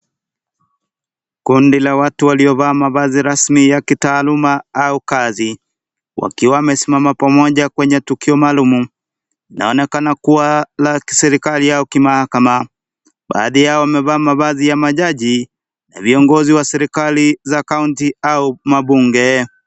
Kundi la watu waliovaa mavazi rasmi ya kitaaluma au kazi. Wakiwa wamesimama pamoja kwenye tukio maalumu linaonekana kuwa la kiserikali au kimahakama . Baadhi yao wamevaa mavazi ya majaji na viongozi wa serikali za kaunti au mabunge.